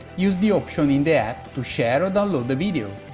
use the options in the app to share, or download the video.